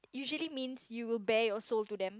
usually means you will bear your soul to them